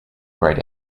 grayed